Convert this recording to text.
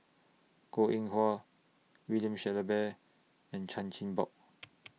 Goh Eng Wah William Shellabear and Chan Chin Bock